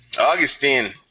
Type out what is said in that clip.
Augustine